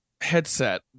headset